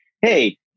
Hey